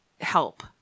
Help